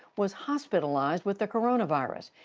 was hospitalized with the coronavirus.